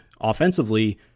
offensively